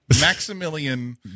Maximilian